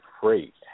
freight